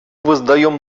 воздаем